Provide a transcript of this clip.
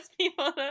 people